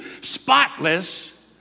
spotless